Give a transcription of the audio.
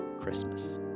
Christmas